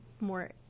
More